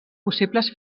possibles